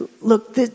Look